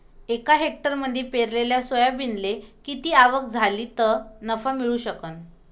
एका हेक्टरमंदी पेरलेल्या सोयाबीनले किती आवक झाली तं नफा मिळू शकन?